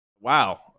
Wow